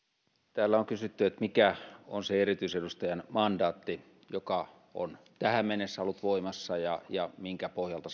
täällä on kysytty mikä on se erityisedustajan mandaatti joka on tähän mennessä ollut voimassa ja ja minkä pohjalta